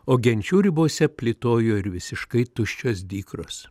o genčių ribose plėtojo ir visiškai tuščios dykros